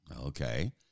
Okay